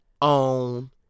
on